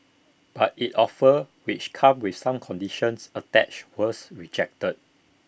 but its offer which came with some conditions attached was rejected